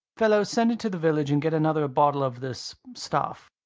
fellows, send into the village and get another bottle of this stuff.